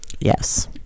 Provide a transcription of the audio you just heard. Yes